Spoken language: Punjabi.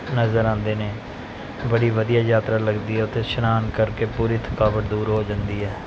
ਨਜ਼ਰ ਆਉਂਦੇ ਨੇ ਬੜੀ ਵਧੀਆ ਯਾਤਰਾ ਲੱਗਦੀ ਹੈ ਉੱਥੇ ਇਸ਼ਨਾਨ ਕਰਕੇ ਪੂਰੀ ਥਕਾਵਟ ਦੂਰ ਹੋ ਜਾਂਦੀ ਹੈ